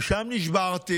שם נשברתי